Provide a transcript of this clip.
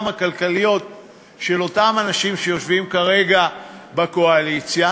הכלכליות של אותם אנשים שיושבים כרגע בקואליציה,